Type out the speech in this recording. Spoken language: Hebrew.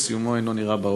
שסיומו אינו נראה באופק.